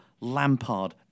Lampard